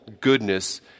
goodness